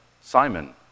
Simon